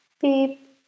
beep